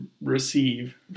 receive